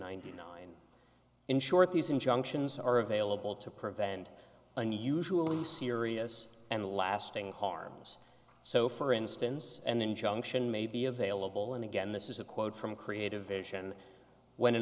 ninety nine in short these injunctions are available to prevent unusually serious and lasting harms so for instance an injunction may be available and again this is a quote from creative vision when an